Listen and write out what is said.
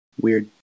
Weird